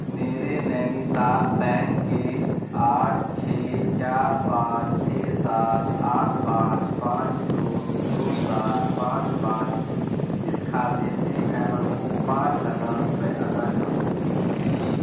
میرے Nainital bank کے آٹھ چھ چار پانچ چھ سات آٹھ پانچ پانچ دو دو سات پانچ پانچ اس کھاتے سے ایمن کو پانچ ہزارروپے ادا کرو پلیز